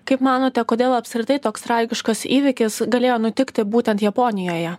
kaip manote kodėl apskritai toks tragiškas įvykis galėjo nutikti būtent japonijoje